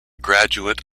graduate